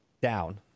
down